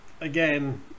Again